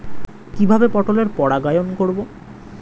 কিভাবে পটলের পরাগায়ন করব?